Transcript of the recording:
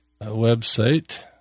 website